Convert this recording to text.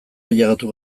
ailegatu